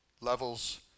levels